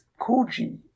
koji